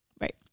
Right